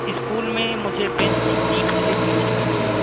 school میں مجھے bench seat مجھے پیچھے ملی ہے